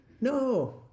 No